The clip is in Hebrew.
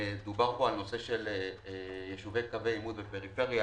דובר כאן על נושא של יישובי קווי עימות ופריפריה,